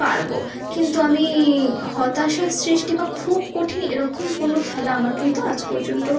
পারব কিন্তু আমি হতাশার সৃষ্টি বা খুব কঠিন এরকম কোনো খেলা আমার কিন্তু আজ পর্যন্ত